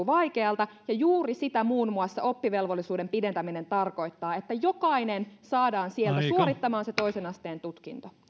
vaikealta juuri sitä muun muassa oppivelvollisuuden pidentäminen tarkoittaa että jokainen saadaan siellä suorittamaan se toisen asteen tutkinto